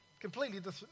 completely